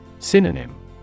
Synonym